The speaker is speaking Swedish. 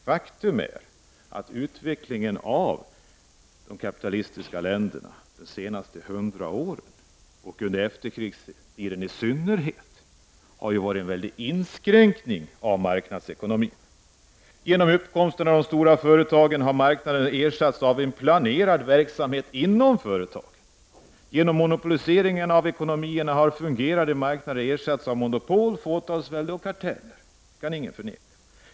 Faktum är att utvecklingen av de kapitalistiska länderna under de senaste hundra åren och i synnerhet under efterkrigstiden har inneburit en väldig inskränkning av marknadsekonomin. Genom uppkomsten av storföretagen har marknaden ersatts av planerad verksamhet inom företagen. Genom monopoliseringen av ekonomierna har fungerande marknader ersatts av monopol, fåtalsvälde och karteller. Det kan ingen förneka.